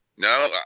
No